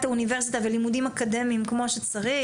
האוניברסיטה ולימודים אקדמיים כמו שצריך.